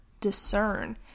discern